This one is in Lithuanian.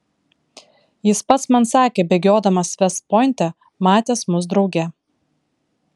jis pats man sakė bėgiodamas vest pointe matęs mus drauge